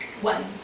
One